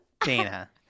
Dana